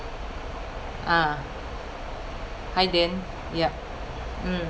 ah hi dan yup mm